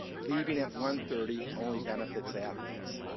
leaving at one thirty only benefits the athletes.